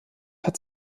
hat